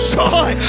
joy